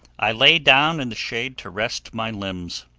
i lay down in the shade to rest my limbs,